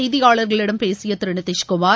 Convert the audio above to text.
செய்தியாளர்களிடம் பேசிய திரு நிதிஷ்குமார்